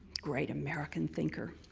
great american thinker.